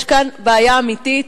יש כאן בעיה אמיתית